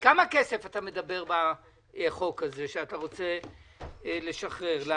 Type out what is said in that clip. על כמה כסף אתה מדבר בחוק הזה שאתה רוצה להעביר ולשחרר?